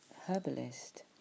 herbalist